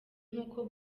nk’uko